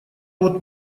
вот